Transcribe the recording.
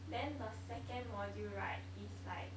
then the second module right is like